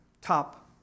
top